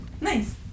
Nice